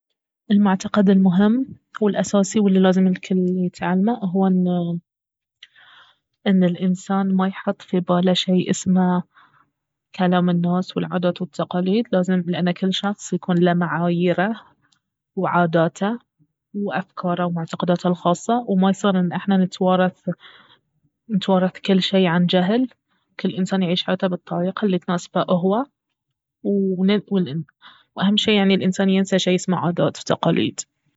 المعتقد المهم والاساسي الي لازم الكل يتعلمه انه الانسان ما يحط في باله شي اسمه كلام الناس والعادات والتقاليد لازم لانه كل شخص يكزن له معاييره وعاداته وافكاره ومعتقداته الخاصة وما يصير انه احنا نتوارث- نتوارث كل شي عن جهل كل انسان يعيش حياته بالطريقة الي تناسبه اهو و-واهم شي يعني الانسان ينسى شي اسمه عادات وتقاليد